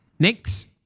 Next